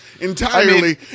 entirely